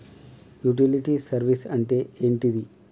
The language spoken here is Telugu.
యుటిలిటీ సర్వీస్ అంటే ఏంటిది?